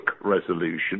resolution